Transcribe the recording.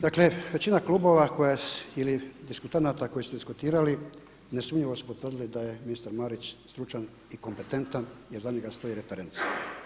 Dakle, većina klubova koja, ili diskutanata koji su diskutirali nesumnjivo su potvrdili da je ministar Marić stručan i kompetentan jer iza njega stoje reference.